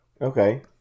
okay